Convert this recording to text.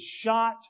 shot